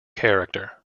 character